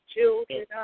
children